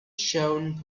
shone